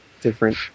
different